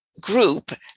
group